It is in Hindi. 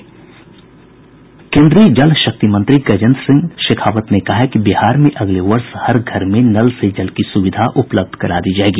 केन्द्रीय जल शक्ति मंत्री गजेन्द्र सिंह शेखावत ने कहा है कि बिहार में अगले वर्ष तक हर घर में नल से जल की सुविधा उपलब्ध करा दी जायेगी